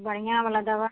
बढ़िआँ बला दवाइ